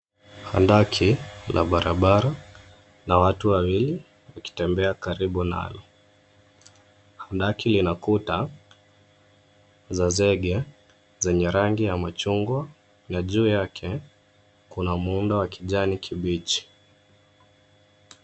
Andaki la barabara na watu wawili wakitembea karibu nalo. Andaki lina kuta za zege zenye rangi ya machungwa na juu yake kuna muundo wa kijani kibichi.